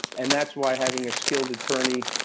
and that's why having a skilled attorney,